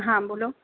હા બોલો